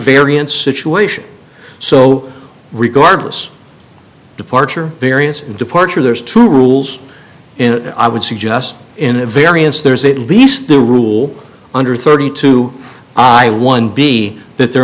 invariants situation so regardless departure various departure there's two rules in that i would suggest in a variance there's at least the rule under thirty two i one be that there